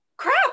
crap